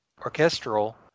orchestral